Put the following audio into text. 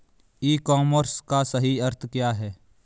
ई commerce का सही अर्थ क्या है?